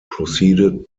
proceeded